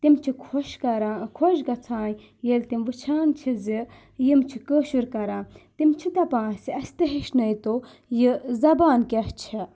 تِم چھِ خۄش کَران خۄش گژھان ییٚلہِ تِم وٕچھان چھِ زِ یِم چھِ کٲشُر کَران تِم چھِ دَپان اَسہِ اَسہِ تہِ ہیٚچھنٲۍ تَو یہِ زبان کیاہ چھےٚ